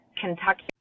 Kentucky